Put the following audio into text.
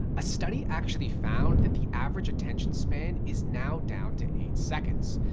a study actually found that the average attention span is now down to eight seconds.